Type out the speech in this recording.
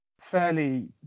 fairly